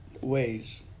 ways